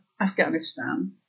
Afghanistan